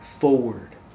forward